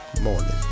morning